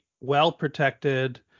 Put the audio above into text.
well-protected